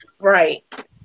Right